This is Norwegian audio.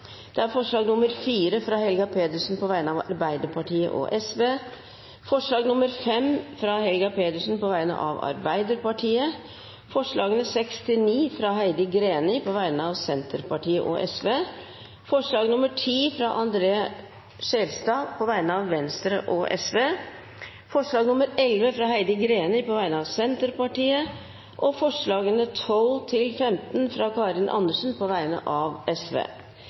Sosialistisk Venstreparti forslag nr. 4, fra Helga Pedersen på vegne av Arbeiderpartiet og Sosialistisk Venstreparti forslag nr. 5, fra Helga Pedersen på vegne av Arbeiderpartiet forslagene nr. 6–9, fra Heidi Greni på vegne av Senterpartiet og Sosialistisk Venstreparti forslag nr. 10, fra André N. Skjelstad på vegne av Venstre og Sosialistisk Venstreparti forslag nr. 11, fra Heidi Greni på vegne av Senterpartiet forslagene nr. 12–15, fra Karin Andersen på vegne av